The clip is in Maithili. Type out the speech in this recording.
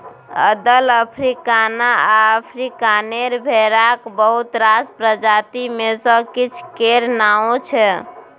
अदल, अफ्रीकाना आ अफ्रीकानेर भेराक बहुत रास प्रजाति मे सँ किछ केर नाओ छै